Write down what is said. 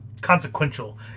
consequential